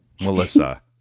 Melissa